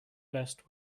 best